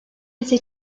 ise